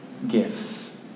Gifts